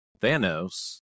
Thanos